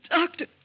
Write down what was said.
Doctor